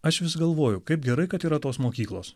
aš vis galvoju kaip gerai kad yra tos mokyklos